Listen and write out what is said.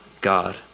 God